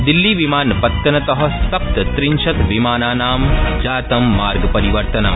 दिल्लीविमान त्तनत सप्तत्रिंशत् विमानानां जातं मार्ग रिवर्तनम्